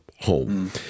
home